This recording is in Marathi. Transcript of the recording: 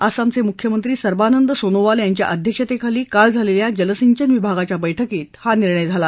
आसामचे मुख्यमंत्री सर्बानंद सोनोवाल यांच्या अध्यक्षतेखाली काल झालेल्या जलसिंचन विभागाच्या बैठकीत हा निर्णय झाला